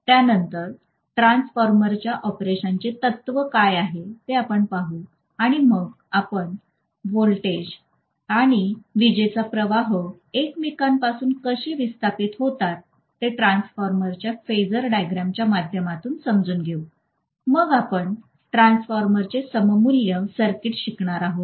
त्यानंतर ट्रान्सफॉर्मरच्या ऑपरेशनचे तत्त्व काय आहे ते आपण पाहू आणि मग आपण व्होल्टेजेस विजेचा दाब आणि विजेचा प्रवाह एकमेकांपासून कसे विस्थापित होतात ते ट्रान्सफॉर्मरच्या फेजर डायग्रामच्या माध्यमातून समजून घेऊ मग आपण ट्रान्सफॉर्मर चे सममूल्य सर्किट शिकणार आहोत